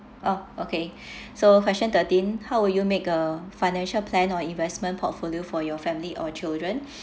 oh okay so question thirteen how will you make a financial plan or investment portfolio for your family or children